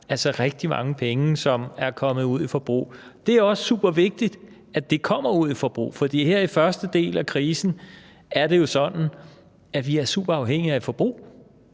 altså rigtig mange penge, som er kommet ud i forbrug. Det er også super vigtigt, at det kommer ud i forbrug, for her i første del af krisen er det jo sådan, at vi er super afhængige af forbrug.